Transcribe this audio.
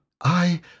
I